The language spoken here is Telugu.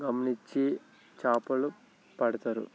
గమనించి చేపలు పడతారు